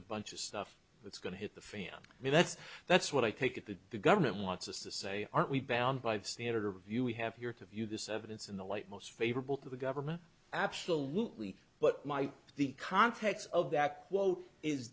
a bunch of stuff that's going to hit the fan i mean that's that's what i take it that the government wants us to say aren't we bound by fs the interview we have here to view this evidence in the light most favorable to the government absolutely but my the contents of that quote is